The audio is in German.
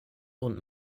und